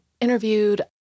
interviewed